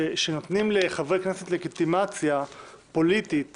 שנותנים לחברי כנסת לגיטימציה פוליטית